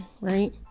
right